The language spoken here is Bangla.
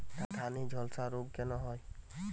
ধানে ঝলসা রোগ কেন হয়?